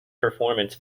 performance